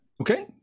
Okay